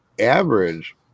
average